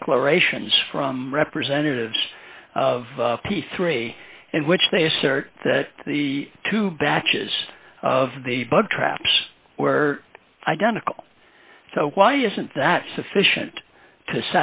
declarations from representatives of p three and which they assert that the two batches of the bug traps were identical so why isn't that sufficient to